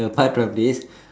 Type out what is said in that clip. apart from this